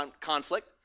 conflict